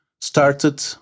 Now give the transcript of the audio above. started